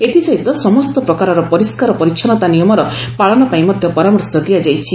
ଏଥିସହିତ ସମସ୍ତ ପ୍ରକାରର ପରିଷ୍କାର ପରିଚ୍ଚନୃତା ନିୟମର ପାଳନ ପାଇଁ ମଧ୍ୟ ପରାମର୍ଶ ଦିଆଯାଇଛି